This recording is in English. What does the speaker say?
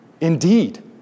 Indeed